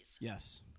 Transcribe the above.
Yes